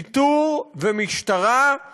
שיטור ומשטרה הם